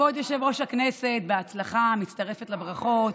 כבוד יושב-ראש הכנסת, בהצלחה, מצטרפת לברכות.